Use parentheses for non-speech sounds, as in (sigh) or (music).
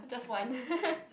just one (laughs)